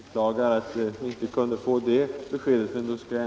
Herr talman! Jag beklagar att vi inte kunde få det besked som jag begärde.